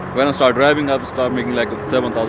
when i start driving, ah i start making like seven thousand